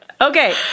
okay